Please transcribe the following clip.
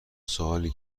سوالی